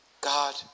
God